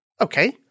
Okay